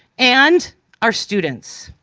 and our students.